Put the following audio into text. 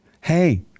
Hey